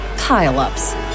pile-ups